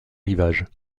rivage